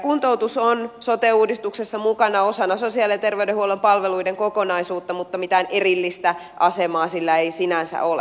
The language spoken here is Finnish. kuntoutus on sote uudistuksessa mukana osana sosiaali ja terveydenhuollon palveluiden kokonaisuutta mutta mitään erillistä asemaa sillä ei sinänsä ole